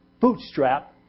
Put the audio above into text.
bootstrap